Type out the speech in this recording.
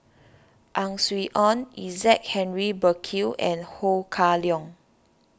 Ang Swee Aun Isaac Henry Burkill and Ho Kah Leong